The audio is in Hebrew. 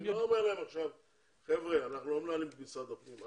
אנחנו לא מנהלים את משרד הפנים.